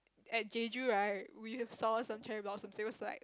at Jeju right we have saws some cherry blossom they was right